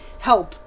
help